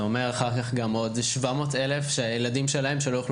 אומר אחר כך גם עוד 700 אלף שהם הילדים שלהם שלא יוכלו